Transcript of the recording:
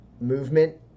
movement